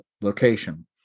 location